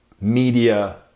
media